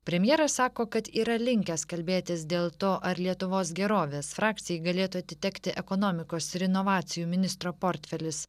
premjeras sako kad yra linkęs kalbėtis dėl to ar lietuvos gerovės frakcijai galėtų atitekti ekonomikos ir inovacijų ministro portfelis